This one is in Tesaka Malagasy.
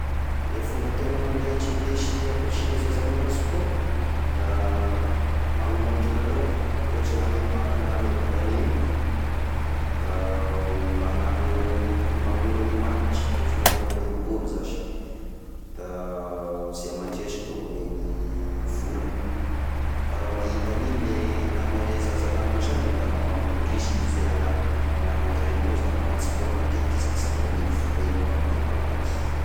Ny fomba tegna mandaitry, indesy ampirisiha ny zaza magnano sport, da magnomany kilalao, ohatry ny amy paka na amy bonane io da magnano, mamorigny match, ohatry magnano akoa i bôly zashy da zay mandresy da omegny vola, fa raha mahita an'igny ny nama zaza namany sanany da ma-mirisika izy zay agnano, hagnano entrainement izy da magnano sport matetika izy ahazahoany igny vola iny koa amin'gny manaraky.